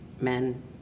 men